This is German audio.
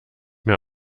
mehr